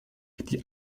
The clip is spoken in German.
die